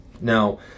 Now